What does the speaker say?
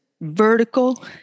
vertical